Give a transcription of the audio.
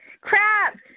Crap